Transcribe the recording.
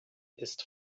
ist